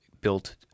built